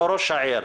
לא ראש העיר.